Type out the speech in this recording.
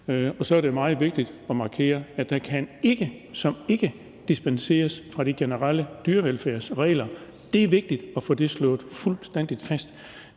Og så er det meget vigtigt at markere, at der kan ikke – som i ikke – dispenseres fra de generelle dyrevelfærdsregler. Det er vigtigt at få det slået fuldstændig fast.